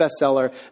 bestseller